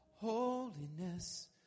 Holiness